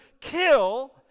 kill